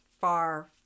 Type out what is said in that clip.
far